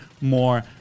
more